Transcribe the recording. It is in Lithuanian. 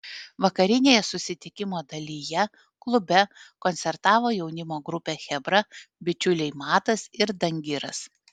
vakarinėje susitikimo dalyje klube koncertavo jaunimo grupė chebra bičiuliai matas ir dangiras